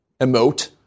emote